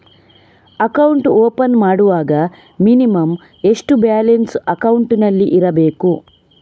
Account open ಮಾಡುವಾಗ minimum ಎಷ್ಟು balance ಅಕೌಂಟಿನಲ್ಲಿ ಇರಬೇಕು?